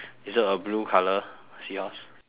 is it a blue colour seahorse